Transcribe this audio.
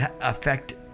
affect